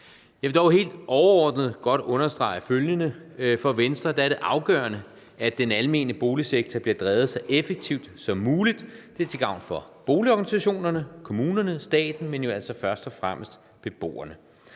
Jeg vil dog godt helt overordnet understrege følgende: For Venstre er det afgørende, at den almene boligsektor bliver drevet så effektivt som muligt. Det er til gavn for boligorganisationerne, kommunerne, staten, men jo altså først og fremmest for beboerne.